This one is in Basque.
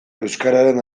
euskararen